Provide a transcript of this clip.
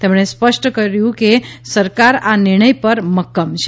તેમણે સ્પષ્ટ કર્યું કે સરકાર આ નિર્ણય પર મક્કમ છે